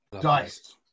Dice